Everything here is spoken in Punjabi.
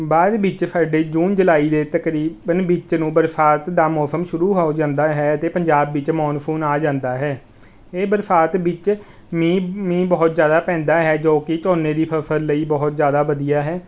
ਬਾਅਦ ਵਿੱਚ ਸਾਡੇ ਜੂਨ ਜੁਲਾਈ ਦੇ ਤਕਰੀਬਨ ਵਿੱਚ ਨੂੰ ਬਰਸਾਤ ਦਾ ਮੌਸਮ ਸ਼ੁਰੂ ਹੋ ਜਾਂਦਾ ਹੈ ਅਤੇ ਪੰਜਾਬ ਵਿੱਚ ਮੋਨਸੂਨ ਆ ਜਾਂਦਾ ਹੈ ਇਹ ਬਰਸਾਤ ਵਿੱਚ ਮੀਂਹ ਮੀਂਹ ਬਹੁਤ ਜ਼ਿਆਦਾ ਪੈਂਦਾ ਹੈ ਜੋ ਕਿ ਝੋਨੇ ਦੀ ਫਸਲ ਲਈ ਬਹੁਤ ਜ਼ਿਆਦਾ ਵਧੀਆ ਹੈ